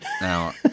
now